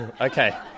okay